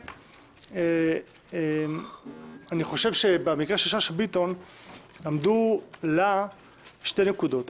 אני חושב שבמקרה של שאשא ביטון עמדו לה שתי נקודות,